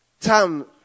Tom